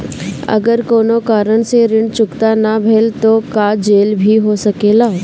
अगर कौनो कारण से ऋण चुकता न भेल तो का जेल भी हो सकेला?